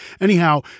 Anyhow